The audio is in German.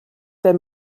der